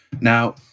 Now